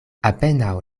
apenaŭ